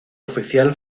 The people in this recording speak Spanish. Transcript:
oficial